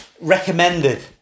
recommended